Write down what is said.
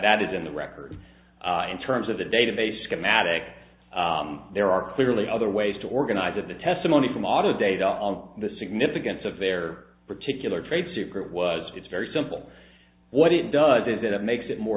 that is in the record in terms of the database schematic there are clearly other ways to organize of the testimony from auto data on the significance of their particular trade secret was it's very simple what it does is it makes it more